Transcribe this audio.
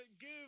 give